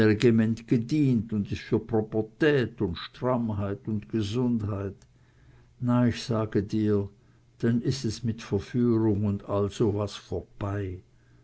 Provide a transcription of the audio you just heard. un is für proppertät und strammheit und gesundheit na ich sage dir denn is es mit verführung un all so was vorbei